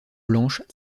blanches